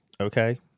okay